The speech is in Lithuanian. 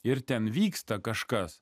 ir ten vyksta kažkas